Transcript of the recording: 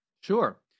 Sure